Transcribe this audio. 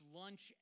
lunch